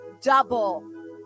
double